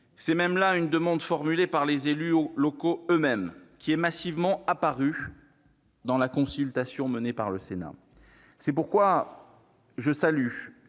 C'est même là une demande formulée par les élus locaux eux-mêmes, qui est massivement apparue dans la consultation menée par le Sénat. C'est pourquoi je salue